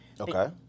Okay